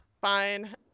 Fine